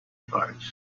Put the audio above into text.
guards